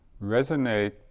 resonate